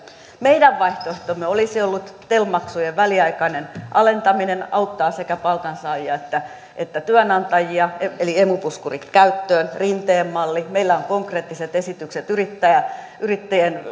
meidän vaihtoehtomme olisi ollut tel maksujen väliaikainen alentaminen auttaa sekä palkansaajia että että työnantajia eli emu puskurit käyttöön rinteen malli meillä on konkreettiset esitykset yrittäjien